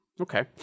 okay